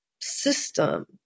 system